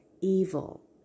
evil